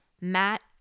Matt